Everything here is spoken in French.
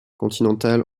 continentale